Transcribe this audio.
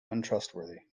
untrustworthy